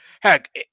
heck